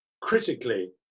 critically